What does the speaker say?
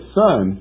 son